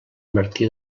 martí